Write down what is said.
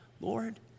Lord